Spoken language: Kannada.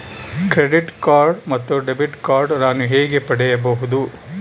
ಕ್ರೆಡಿಟ್ ಕಾರ್ಡ್ ಮತ್ತು ಡೆಬಿಟ್ ಕಾರ್ಡ್ ನಾನು ಹೇಗೆ ಪಡೆಯಬಹುದು?